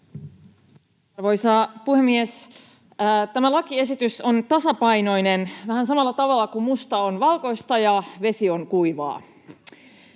Arvoisa puhemies! Tämä lakiesitys on tasapainoinen vähän samalla tavalla kuin musta on valkoista ja vesi on kuivaa.